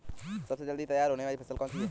सबसे जल्दी तैयार होने वाली फसल कौन सी है?